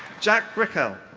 jack brickell.